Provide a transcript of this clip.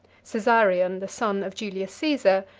caesarion, the son of julius caesar,